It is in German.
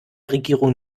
regierung